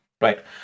right